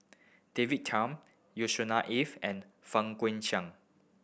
David Tham Yusnor Ef and Fang Guixiang